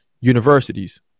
universities